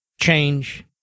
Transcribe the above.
change